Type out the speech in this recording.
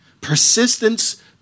Persistence